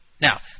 Now